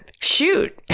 shoot